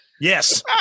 yes